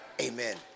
Amen